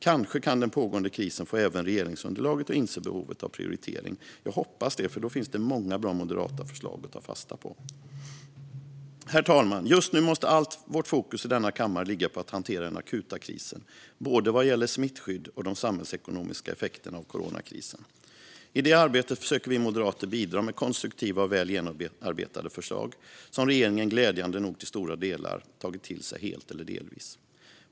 Kanske kan den pågående krisen få även regeringsunderlaget att inse behovet av prioritering? Jag hoppas det, för då finns det många bra moderata förslag att ta fasta på. Herr talman! Just nu måste allt vårt fokus i denna kammare ligga på att hantera den akuta krisen, både vad gäller smittskydd och de samhällsekonomiska effekterna av coronakrisen. I det arbetet försöker vi moderater bidra med konstruktiva och väl genomarbetade förslag, som regeringen glädjande nog till stora delar tagit till sig helt eller delvis.